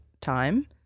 time